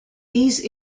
these